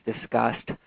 discussed